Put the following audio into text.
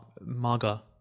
maga